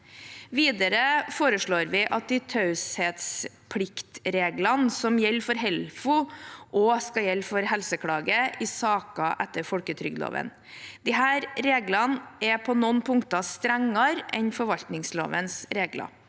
Videre foreslår vi at de taushetspliktreglene som gjelder for Helfo, også skal gjelde for Helseklage i saker etter folketrygdloven. Disse reglene er på noen punkter strengere enn forvaltningslovens regler.